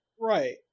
right